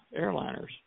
airliners